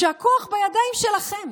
כשהכוח בידיים שלכם,